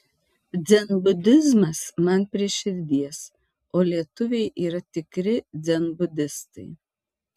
dzenbudizmas man prie širdies o lietuviai yra tikri dzenbudistai